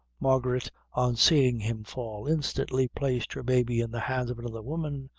margaret, on seeing him fall, instantly placed her baby in the hands of another woman,